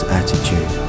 attitude